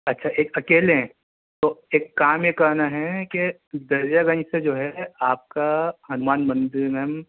اچّھا ایک اکیلے ہیں تو ایک کام یہ کرنا ہے کہ دریا گنج سے جو ہے آپ کا ہنومان مندر میم